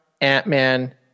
Ant-Man